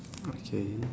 okay